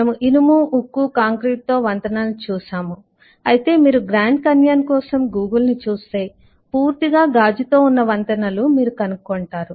మనము ఇనుము ఉక్కు కాంక్రీటుతో వంతెనలను చూశాము అయితే మీరు గ్రాండ్ కాన్యన్ కోసం గూగుల్ను చూస్తే పూర్తిగా గాజులో ఉన్న వంతెనలను మీరు కనుగొంటారు